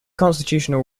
constitutional